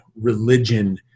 religion